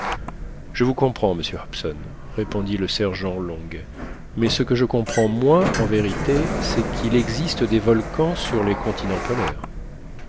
je vous comprends monsieur hobson répondit le sergent long mais ce que je comprends moins en vérité c'est qu'il existe des volcans sur les continents polaires